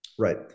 Right